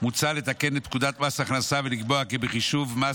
מוצע לתקן את פקודת מס הכנסה ולקבוע כי בחישוב מס